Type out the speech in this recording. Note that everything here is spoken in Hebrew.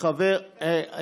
ביקשתי הודעה אישית.